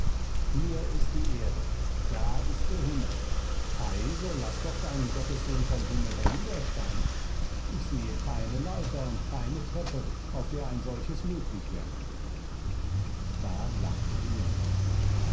hier ist die erde da ist der himmel ei so laß doch deinen gottessohn vom himmel herniedersteigen ich sehe keine leiter und keine treppe auf der ein solches möglich wäre da lachte die menge